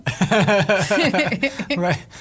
Right